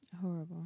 Horrible